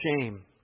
shame